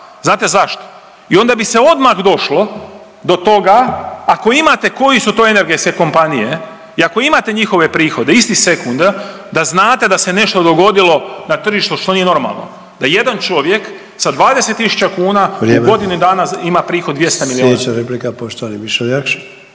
Znate zašto? I onda bi se odmah došlo do toga ako imate koje su to energetske kompanije i ako imate njihove prihode isti sekunda da znate da se nešto dogodilo na tržištu što nije normalno, da jedan čovjek sa 20.000 kuna …/Upadica Sanader: Vrijeme./…u godini dana ima prihod 200 milijuna.